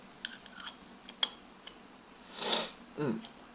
mm